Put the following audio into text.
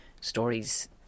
stories